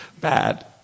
bad